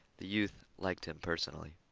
the youth liked him personally.